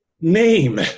name